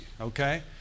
okay